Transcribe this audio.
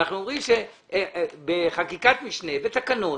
אנחנו אומרים שבחקיקת משנה, בתקנות,